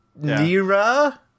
Nira